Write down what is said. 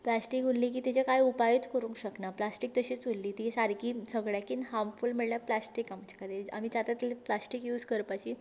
plastic उरली की ताजे कांय उपायूत करूंक शकना प्लास्टीक तशींच उरली ती सारकी सगळ्याकीन हार्मफूल म्हळ्ळ्या प्लास्टीक आमचे खातीर आमी जाता तितलें प्लास्टीक यूज करपाची